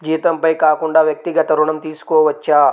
జీతంపై కాకుండా వ్యక్తిగత ఋణం తీసుకోవచ్చా?